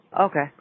Okay